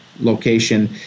Location